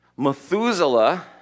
Methuselah